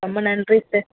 ரொம்ப நன்றி சார்